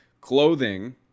clothing